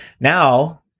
now